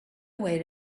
way